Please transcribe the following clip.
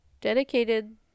Dedicated